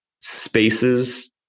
spaces